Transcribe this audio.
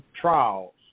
trials